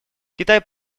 китай